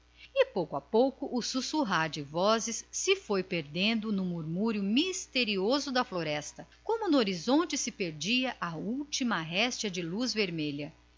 pouco e pouco o sussurrar das vozes foi se perdendo no tristonho murmúrio das matas como no horizonte se perdia a última réstia de luz vermelha